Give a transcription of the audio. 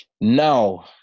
now